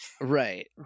right